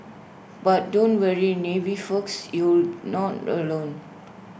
but don't worry navy folks you not alone